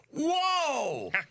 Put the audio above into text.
Whoa